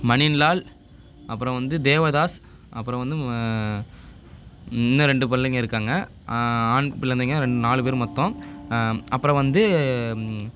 மணின்லால் அப்புறம் வந்து தேவதாஸ் அப்புறம் வந்து ம இன்னும் ரெண்டு பிள்ளைங்கள் இருக்காங்க ஆண் பிள்ளந்தைங்க ரெண் நாலு பேர் மொத்தம் அப்புறம் வந்து